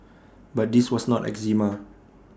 but this was not eczema